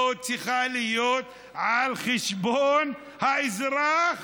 לא צריכה להיות על חשבון האזרח,